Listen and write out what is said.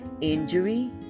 Injury